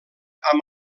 amb